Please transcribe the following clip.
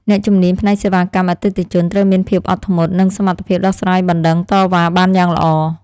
អ្នកជំនាញផ្នែកសេវាកម្មអតិថិជនត្រូវមានភាពអត់ធ្មត់ និងសមត្ថភាពដោះស្រាយបណ្តឹងតវ៉ាបានយ៉ាងល្អ។